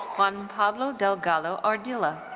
juan pablo delgado ardila.